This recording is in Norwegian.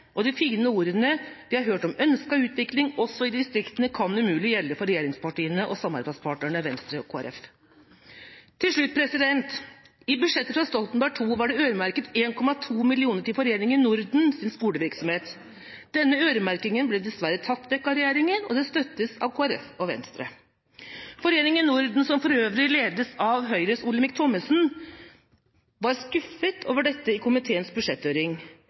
og de fine ordene vi har hørt om ønsket utvikling også i distriktene, kan umulig gjelde for regjeringspartiene og samarbeidspartnerne Venstre og Kristelig Folkeparti. Til slutt: I budsjettet fra Stoltenberg II-regjeringa var det øremerket 1,2 mill. kr til Foreningen Nordens skolevirksomhet. Denne øremerkingen ble dessverre tatt vekk av regjeringa, og det støttes av Kristelig Folkeparti og Venstre. Foreningen Norden, som for øvrig ledes av Høyres Olemic Thommessen, var skuffet over dette i komiteens budsjetthøring